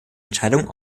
entscheidung